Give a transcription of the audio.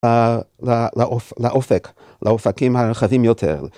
לאופק, לאופקים הרחבים יותר.